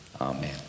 Amen